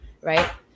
right